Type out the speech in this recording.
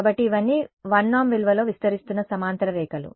కాబట్టి ఇవన్నీ 1 నార్మ్ విలువలో విస్తరిస్తున్న సమాంతర రేఖలు